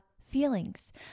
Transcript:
feelings